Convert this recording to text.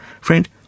Friend